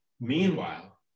meanwhile